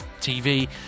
TV